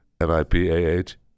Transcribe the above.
N-I-P-A-H